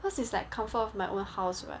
cause it's like comfort of my own house right